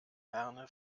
herne